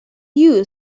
you